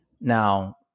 now